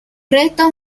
restos